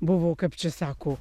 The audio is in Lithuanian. buvo kaip čia sako